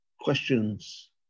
questions